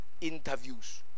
interviews